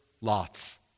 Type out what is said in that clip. Lot's